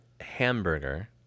hamburger